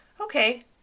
Okay